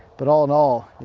but all in all,